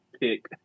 pick